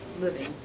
living